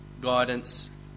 guidance